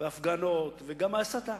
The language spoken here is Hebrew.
הפגנות וגם הסתה.